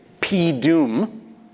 p-doom